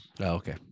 Okay